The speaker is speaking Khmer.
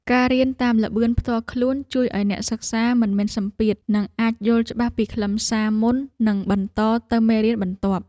ការរៀនតាមល្បឿនផ្ទាល់ខ្លួនជួយឱ្យអ្នកសិក្សាមិនមានសម្ពាធ និងអាចយល់ច្បាស់ពីខ្លឹមសារមុននឹងបន្តទៅមេរៀនបន្ទាប់។